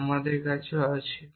যা আমাদের কাছেও আছে